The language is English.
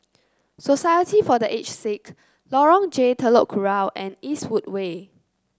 society for The Aged Sick Lorong J Telok Kurau and Eastwood Way